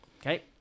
Okay